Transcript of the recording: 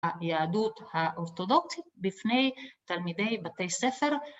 ‫היהדות האורתודוקסית ‫בפני תלמידי בתי ספר.